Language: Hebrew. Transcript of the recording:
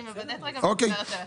אני מוודאת רגע ואני חוזרת אליך.